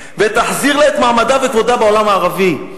ותחזיר לה את מעמדה ואת כבודה בעולם הערבי.